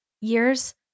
years